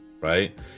right